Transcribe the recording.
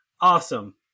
awesome